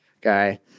guy